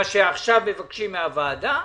מה שעכשיו מבקשים מהוועדה,